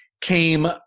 came